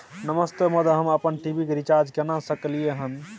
नमस्ते महोदय, हम अपन टी.वी के रिचार्ज केना के सकलियै हन?